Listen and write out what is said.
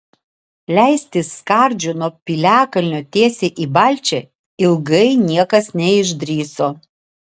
leistis skardžiu nuo piliakalnio tiesiai į balčią ilgai niekas neišdrįso